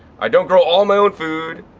i don't grow all my own food.